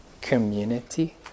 community